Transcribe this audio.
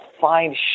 find